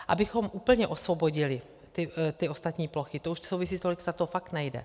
Abychom úplně osvobodili ty ostatní plochy, to už souvisí s , to fakt nejde.